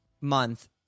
month